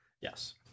yes